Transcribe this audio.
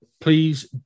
Please